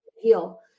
heal